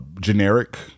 generic